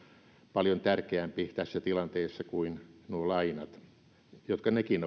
paljon tärkeämpi tässä tilanteessa kuin nuo lainat jotka nekin